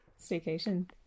staycation